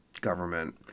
government